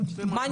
כל פעם